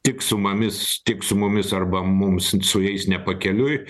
tik su mamis tik su mumis arba mums su jais nepakeliui